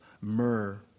myrrh